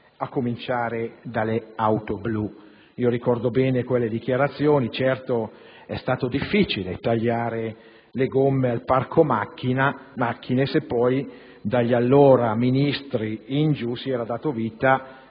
a cominciare dalle auto blu; ricordo bene quelle dichiarazioni. Certo, è stato difficile tagliare le gomme al parco macchine se poi dagli allora Ministri in giù si era dato vita